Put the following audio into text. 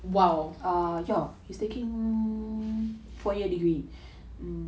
err ya he's taking four year degree